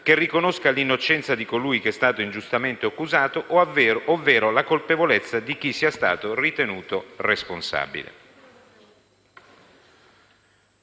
che riconosca l'innocenza di colui che sia stato ingiustamente accusato, ovvero la colpevolezza di chi sia stato ritenuto responsabile.